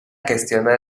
gestiona